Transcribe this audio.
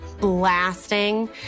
blasting